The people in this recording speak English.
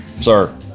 sir